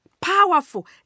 powerful